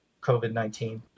COVID-19